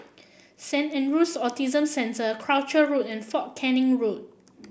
Saint Andrew's Autism Centre Croucher Road and Fort Canning Road